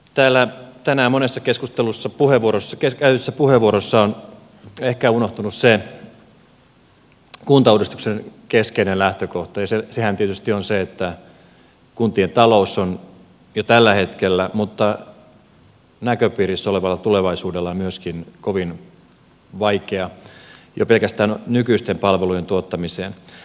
täällä tänään monessa keskustelussa käytetyssä puheenvuorossa on ehkä unohtunut se kuntauudistuksen keskeinen lähtökohta ja sehän tietysti on se että kuntien talous on jo tällä hetkellä mutta myöskin näköpiirissä olevassa tulevaisuudessa kovin vaikea jo pelkästään nykyisten palvelujen tuottamisen suhteen